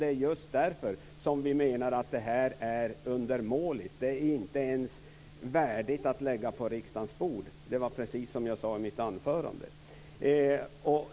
Det är just därför som vi menar att det här förslaget är undermåligt. Det är inte ens värdigt att läggas på riksdagens bord, precis som jag sade i mitt huvudanförande.